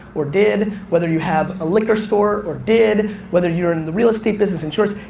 or did, whether you have a liquor store, or did, whether you're in the real estate business, insurance,